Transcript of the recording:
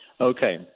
Okay